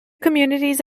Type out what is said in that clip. communities